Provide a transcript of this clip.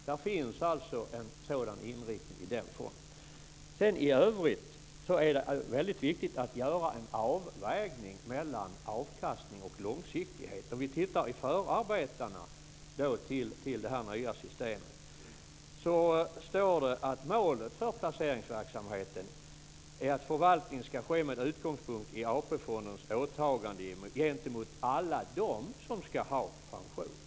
Det finns alltså en sådan inriktning i den fonden. I övrigt är det väldigt viktigt att göra en avvägning mellan avkastning och långsiktighet. I förarbetena till det nya systemet står det att målet för placeringsverksamheten är att förvaltning ska ske med utgångspunkt i AP-fondens åtagande gentemot alla dem som ska ha pension.